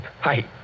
Hi